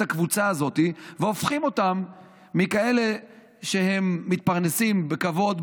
הקבוצה הזאת והופכים אותם מכאלה שמתפרנסים בכבוד,